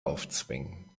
aufzwingen